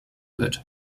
wird